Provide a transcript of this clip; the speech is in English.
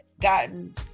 gotten